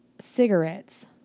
cigarettes